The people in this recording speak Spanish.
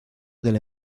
del